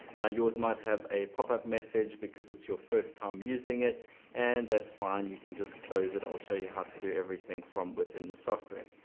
now yours might have a popup message because it's your first time using it and that's fine. you can just close it i'll show you how to do everything from within the software.